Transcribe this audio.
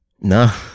No